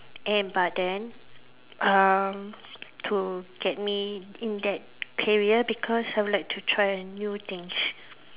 and but then um to get me in that area because I would like to try a new things